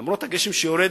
למרות הגשם שיורד,